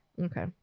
Okay